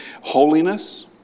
Holiness